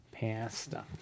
pasta